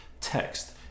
text